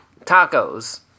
Tacos